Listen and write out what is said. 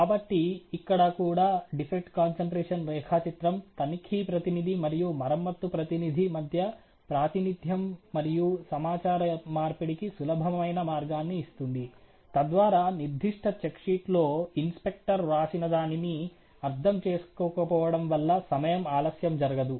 కాబట్టి ఇక్కడ కూడా డిఫెక్ట్ కాన్సంట్రేషన్ రేఖాచిత్రం తనిఖీ ప్రతినిధి మరియు మరమ్మత్తు ప్రతినిధి మధ్య ప్రాతినిధ్యం మరియు సమాచార మార్పిడికి సులభమైన మార్గాన్ని ఇస్తుంది తద్వారా నిర్దిష్ట చెక్ షీట్ లో ఇన్స్పెక్టర్ వ్రాసినదానిని అర్థం చేసుకోకపోవడం వల్ల సమయం ఆలస్యం జరగదు